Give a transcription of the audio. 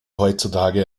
heutzutage